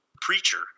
preacher